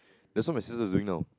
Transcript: that's what my sister is doing now